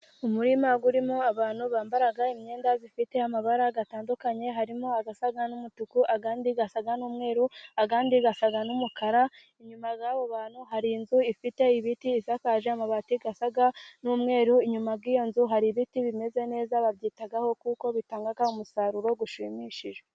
Mu murima urimo abantu bambara imyenda ifite amabara atandukanye harimo asa n'umutuku, andi asa n'umweru, andi asa n'umukara, inyuma y'abo bantu hari inzu ifite ibiti isakaje amabati asa n'umweru, inyuma y'iyo nzu hari ibiti bimeze neza, babyitaho kuko bitanga umusaruro ushimishije.